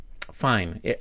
Fine